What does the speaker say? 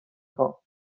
خوام